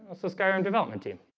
ah so scarran development team